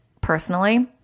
personally